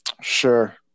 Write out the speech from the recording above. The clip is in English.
Sure